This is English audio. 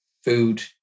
food